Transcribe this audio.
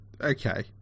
Okay